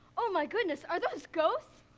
oh my goodness, are those ghosts?